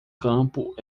campo